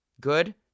good